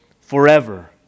forever